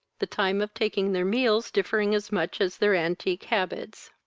the time of taking their meals differing as much as their antique habits.